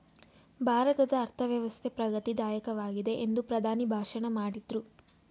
ಭಾರತದ ಅರ್ಥವ್ಯವಸ್ಥೆ ಪ್ರಗತಿ ದಾಯಕವಾಗಿದೆ ಎಂದು ಪ್ರಧಾನಿ ಭಾಷಣ ಮಾಡಿದ್ರು